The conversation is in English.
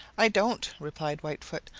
i don't, replied whitefoot.